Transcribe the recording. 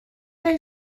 they